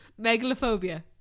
Megalophobia